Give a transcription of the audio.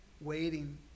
waiting